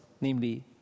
namely